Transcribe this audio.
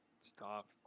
stop